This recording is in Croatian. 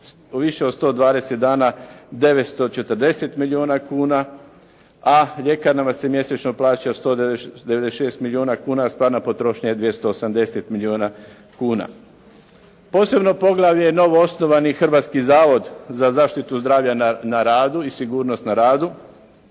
je više od 120 dana, 940 milijuna kuna, a ljekarnama se mjesečno plaća 196 milijuna kuna, a stvarna potrošnja je 280 milijuna kuna. Posebno poglavlje je novoosnovani Hrvatski zavod za zaštitu rada na radu i sigurnost na radu.